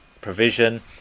provision